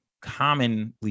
commonly